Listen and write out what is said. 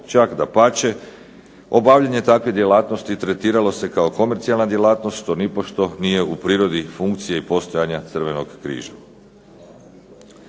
čak dapače obavljanje takve djelatnosti tretiralo se kao komercijalna djelatnost što nipošto nije u prirodi funkcije postojanja Hrvatskog crvenog križa.